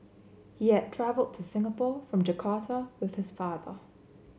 he had travelled to Singapore from Jakarta with his father